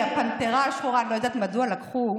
לפני שהחיסונים יגיעו.